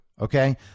Okay